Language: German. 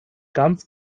ganz